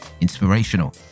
inspirational